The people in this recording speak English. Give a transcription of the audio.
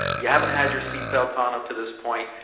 you haven't had your seat belts on up to this point,